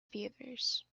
fevers